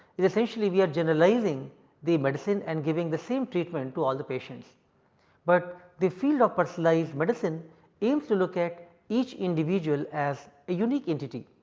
is essentially we are generalizing the medicine and giving the same treatment to all the patients but the field of personalized medicine aims to look at each individual as a unique entity.